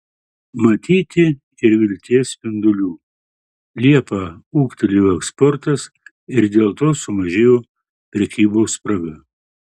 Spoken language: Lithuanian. matyti ir vilties spindulių liepą ūgtelėjo eksportas ir dėl to sumažėjo prekybos spraga